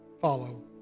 follow